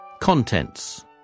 Contents